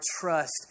trust